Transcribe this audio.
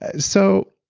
ah so,